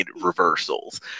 reversals